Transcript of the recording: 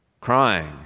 crying